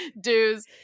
dues